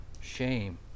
shame